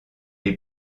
est